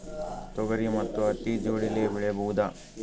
ತೊಗರಿ ಮತ್ತು ಹತ್ತಿ ಜೋಡಿಲೇ ಬೆಳೆಯಬಹುದಾ?